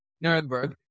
Nuremberg